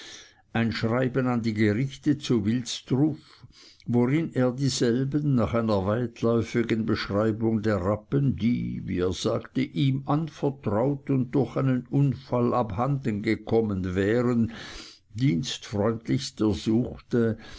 ein schreiben an die gerichte zu wilsdruf worin er dieselben nach einer weitläufigen beschreibung der rappen die wie er sagte ihm anvertraut und durch einen unfall abhanden gekommen wären dienstfreundlichst ersuchte